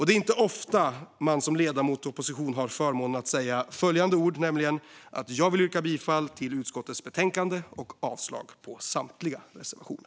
Det är inte ofta man som ledamot i opposition har förmånen att säga följande ord: Jag yrkar bifall till utskottets förslag och avslag på samtliga reservationer.